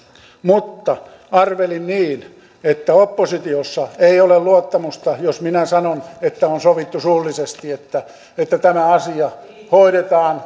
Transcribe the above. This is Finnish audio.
mutta arvelin niin että oppositiossa ei ole luottamusta jos minä sanon että on sovittu suullisesti että että tämä asia hoidetaan